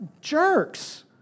jerks